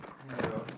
ya